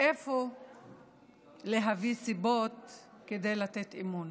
אתה מדבר איתי על מריונטות?